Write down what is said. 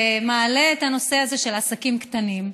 שמעלה את הנושא הזה של עסקים קטנים.